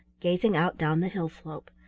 gazing out down the hill-slope.